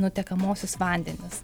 nutekamuosius vandenis